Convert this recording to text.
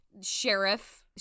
Sheriff